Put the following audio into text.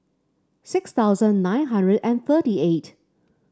six thousand nine hundred and thirty eight